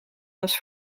was